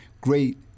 great